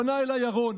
פנה אליי ירון